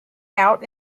out